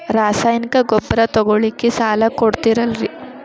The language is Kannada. ರಾಸಾಯನಿಕ ಗೊಬ್ಬರ ತಗೊಳ್ಳಿಕ್ಕೆ ಸಾಲ ಕೊಡ್ತೇರಲ್ರೇ?